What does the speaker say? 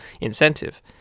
incentive